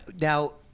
Now